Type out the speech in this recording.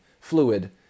fluid